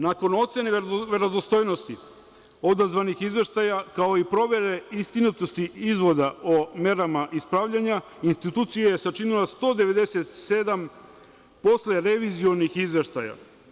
Nakon ocene verodostojnosti odazvanih izveštaja, kao i provere istinitosti izvoda o merama ispravljanja, institucija je sačinila 197 poslerevizionih izveštaja.